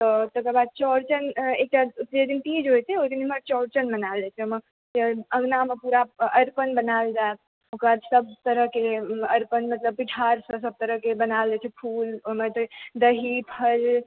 तऽ तकर बाद चौड़चन एकटा जाहि दिन तीज होइ छै ओहि दिन चौड़चन मनाओल जाइ छै हमरा सबके अङ्गनामे पुरा अरिपण बनाओल जायत ओकरा तरहकेन अरिपण मतलब पिठारसँ सब तरहकेँ बनायल जाइ छै फुल ओहिमे तऽ दही फल